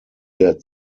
der